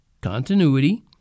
Continuity